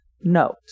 note